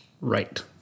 Right